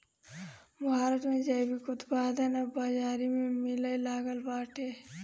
भारत में जैविक उत्पाद अब बाजारी में मिलेलागल बाटे